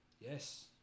Yes